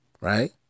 Right